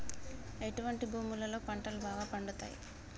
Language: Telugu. ఎటువంటి భూములలో పంటలు బాగా పండుతయ్?